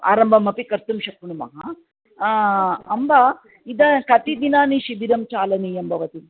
आरम्भमपि कर्तुं शक्नुमः अम्ब इदा कति दिनानि शिबिरं चालनीयं भवति